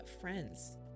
friends